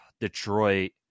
Detroit